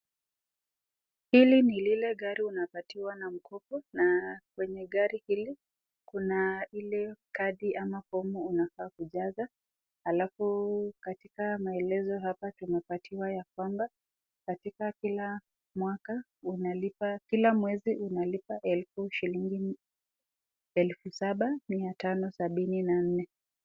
Hili ni lile gari unapatiwa na mkopo. Na kwenye gari hili, kuna ile kadi ama fomu unafaa kujaza. Halafu katika maelezo hapa tunapatiwa ya kwamba, katika kila mwaka unalipa, kila mwezi unalipa elfu shilingi, elfu saba, mia tano sabini na nne.